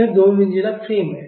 यह दो मंजिला फ्रेम है